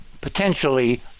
potentially